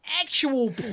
actual